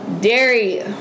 dairy